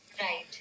right